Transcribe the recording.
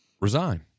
resign